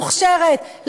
מוכשרת,